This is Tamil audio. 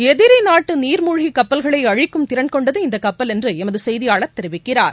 எதிரி நாட்டு நீர்முழ்கி கப்பல்களை அழிக்கும் திறன் கொண்டது இந்த கப்பல் என்று எமது செய்தியாளர் தெரிவிக்கிறார்